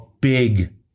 big